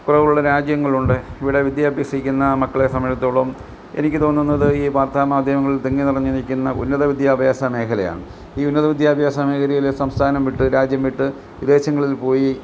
കുറവുകളുള്ള രാജ്യങ്ങളുണ്ട് ഇവിടെ വിദ്യ അഭ്യസിക്കുന്ന മക്കളെ സംബന്ധിച്ചെടുത്തോളം എനിക്ക് തോന്നുന്നത് ഈ വാർത്താമാധ്യമങ്ങളിൽ തിങ്ങി നിറഞ്ഞ് നിൽക്കുന്ന ഉന്നത വിദ്യാഭ്യാസ മേഖലയാണ് ഈ ഉന്നത വിദ്യാഭ്യാസ മേഖലയിൽ സംസ്ഥാനം വിട്ട് രാജ്യം വിട്ട് വിദേശങ്ങളിൽ പോയി